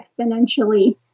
exponentially